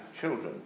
children